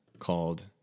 called